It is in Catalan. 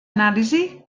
anàlisi